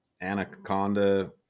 Anaconda